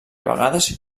vegades